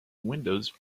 windows